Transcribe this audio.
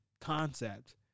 concept